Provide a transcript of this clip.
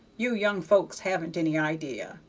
you young folks haven't any idea.